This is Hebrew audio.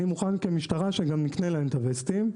אני מוכן כמשטרה שגם נקנה להם את הווסטים.